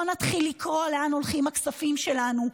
בואו נתחיל לקרוא לאן הולכים הכספים שלנו,